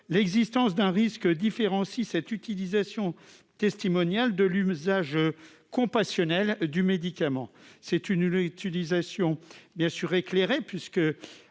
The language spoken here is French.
l'existence d'un risque différencie cette utilisation testimonial de l'usage compassionnel du médicament c'est une une utilisation bien sûr éclairer puisque